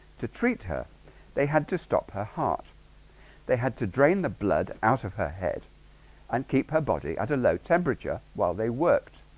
to treat her they had to stop her heart they had to drain the blood out of her head and keep her body at a low temperature while they worked